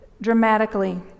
dramatically